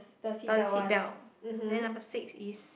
the seat belt then number six is